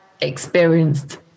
experienced